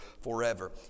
forever